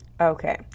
okay